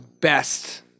best